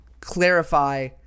clarify